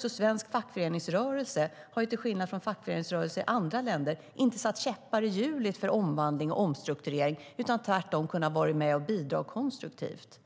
Den svenska fackföreningsrörelsen har till skillnad från fackföreningsrörelser i andra länder inte satt käppar i hjulet för omvandling och omstrukturering utan tvärtom varit med och bidragit konstruktivt.